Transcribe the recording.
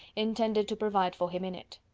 intended to provide for him in it.